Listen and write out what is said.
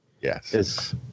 Yes